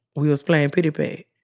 we was playing pitty pat.